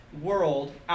world